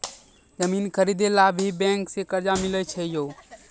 जमीन खरीदे ला भी बैंक से कर्जा मिले छै यो?